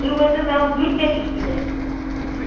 تُہۍ ؤنۍتو مےٚ یِم ڈوٗنۍ کَتِکۍ چھُو تۄہہِ